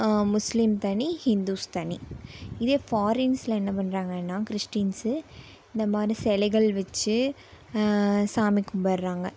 முஸ்லீம் தனி இந்துஸ் தனி இதே ஃபாரின்ஸ்லாம் என்ன பண்ணுறாங்கனா கிறிஸ்டீன்ஸ் இந்த மாதிரி சிலைகள் வச்சி சாமி கும்பிடுறாங்க